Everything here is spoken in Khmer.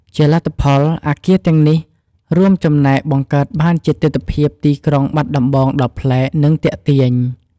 ជាលទ្ធផល អគារទាំងនេះរួមចំណែកបង្កើតបានជាទិដ្ឋភាពទីក្រុងបាត់ដំបងដ៏ប្លែក និងទាក់ទាញ។